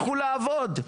לכו לעבוד,